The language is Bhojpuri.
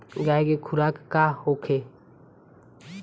गाय के खुराक का होखे?